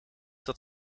dat